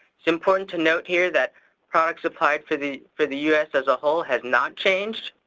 is important to note here that product supplied for the, for the u s. as a whole has not changed